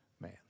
man